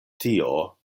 tio